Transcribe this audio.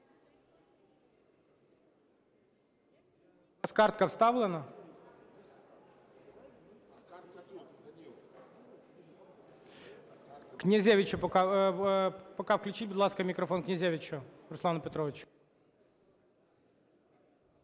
включіть, будь ласка, мікрофон. Князевичу Руслану Петровичу.